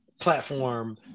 platform